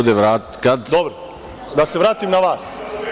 Dobro, da se vratim na vas.